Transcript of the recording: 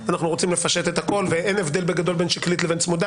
אנחנו רוצים לפשט את הכול ואין הבדל בגדול בין שקלית לבין צמודה.